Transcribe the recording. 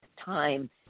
time